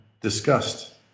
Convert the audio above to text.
discussed